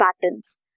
patterns